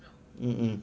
mm mm